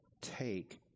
take